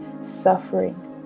suffering